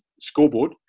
scoreboard